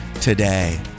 today